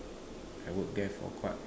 I work there for quite